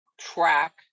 track